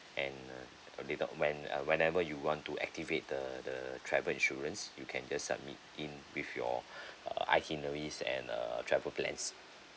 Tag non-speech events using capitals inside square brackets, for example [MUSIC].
and uh later when uh whenever you want to activate the the travel insurance you can just submit in with your [BREATH] err itineraries and uh travel plans